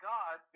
God